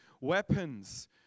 Weapons